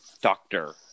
doctor